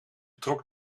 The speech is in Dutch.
trok